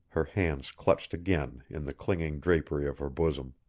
her hands clutched again in the clinging drapery of her bosom.